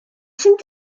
sydd